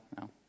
No